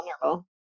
vulnerable